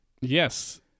yes